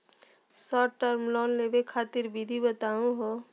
Short term loan लेवे खातीर विधि बताहु हो?